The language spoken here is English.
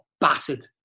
battered